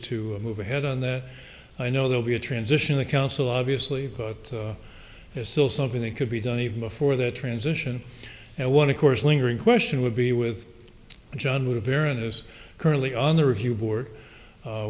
to move ahead on that i know they'll be a transitional council obviously but it's still something that could be done even before that transition and want to course lingering question would be with john would appear and is currently on the review board